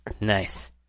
Nice